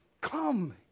Come